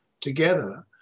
together